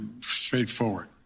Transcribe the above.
straightforward